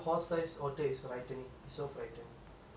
at least hundred size otter I can just like keep them around